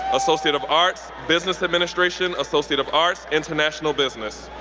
associate of arts, business administration, associate of arts, international business.